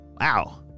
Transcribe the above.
wow